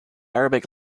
arabic